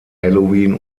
halloween